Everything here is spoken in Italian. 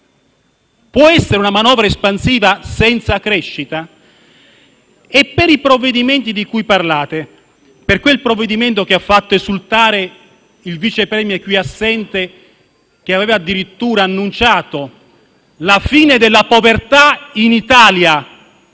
può esserci una manovra espansiva senza crescita? Per i provvedimenti di cui parlate (per quel provvedimento che ha fatto esultare il Vice *Premier,* qui assente, che aveva addirittura annunciato la fine della povertà in Italia,